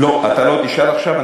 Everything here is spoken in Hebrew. אתה לא תשאל עכשיו.